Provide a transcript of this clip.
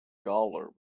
gawler